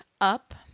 up